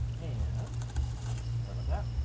and sorry about that.